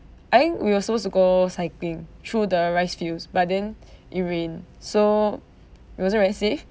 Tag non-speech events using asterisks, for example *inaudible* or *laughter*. I think we were supposed to go cycling through the rice fields but then *breath* it rained so it wasn't very safe *breath*